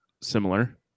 similar